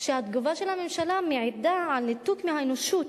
שהתגובה של הממשלה מעידה על ניתוק מהאנושות.